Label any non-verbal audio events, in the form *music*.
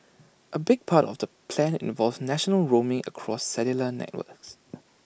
A big part of the plan involves national roaming across cellular networks *noise*